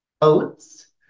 oats